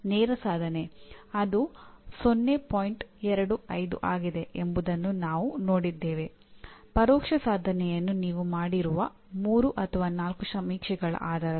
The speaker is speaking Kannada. ಆದ್ದರಿಂದ 1000 ಅಂಕಗಳನ್ನು ಹಲವಾರು ಮಾನದಂಡಗಳಾಗಿ ವಿಂಗಡಿಸಿ ಮತ್ತು ನಿಮಗೆ ಬಂದಿರುವ ಅಂಕಗಳ ಸಂಖ್ಯೆಯನ್ನು ಆಧರಿಸಿ ಕೆಲವು ನಿರ್ಧಾರಗಳನ್ನು ತೆಗೆದುಕೊಳ್ಳುವ ಕೆಲವು ದೇಶಗಳಲ್ಲಿ ಭಾರತವೂ ಒಂದು